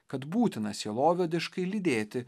kad būtina sielovediškai lydėti